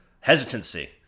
hesitancy